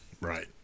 Right